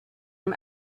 him